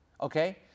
Okay